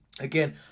Again